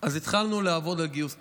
אז התחלנו לעבוד על גיוס כספים,